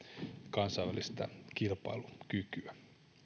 kansainvälistä kilpailukykyä